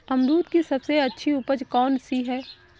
अमरूद की सबसे अच्छी उपज कौन सी है?